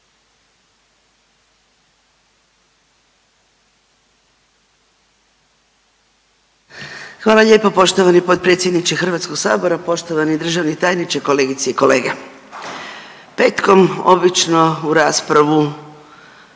Hvala lijepa poštovani potpredsjedniče Hrvatskog sabora. Poštovani državni tajniče, kolegice i kolege, postoji ono nešto